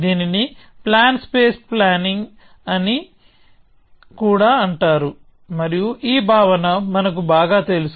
దీనిని plan space planning అని కూడా అంటారు మరియు ఈ భావన మనకు బాగా తెలుసు